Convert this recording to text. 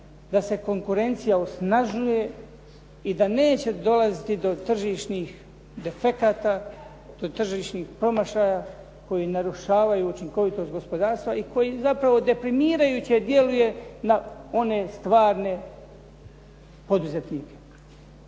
da se konkurencija osnažuje i da neće dolaziti do tržišnih defekata, do tržišnih promašaja koji narušavaju učinkovitost gospodarstva i koji zapravo deprimirajuće djeluje na one stvarne poduzetnike.